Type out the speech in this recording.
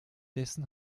dessen